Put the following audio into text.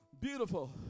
Beautiful